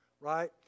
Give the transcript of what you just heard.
right